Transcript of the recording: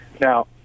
Now